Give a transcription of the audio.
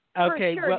Okay